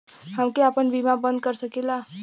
हमके आपन बीमा बन्द कर सकीला?